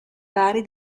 pari